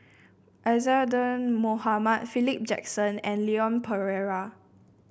Isadhora Mohamed Philip Jackson and Leon Perera